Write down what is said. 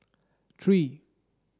three